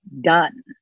done